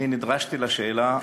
אני נדרשתי לשאלה,